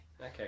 okay